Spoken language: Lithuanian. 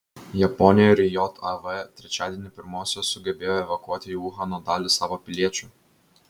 japonija ir jav trečiadienį pirmosios sugebėjo evakuoti į uhano dalį savo piliečių